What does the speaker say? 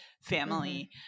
family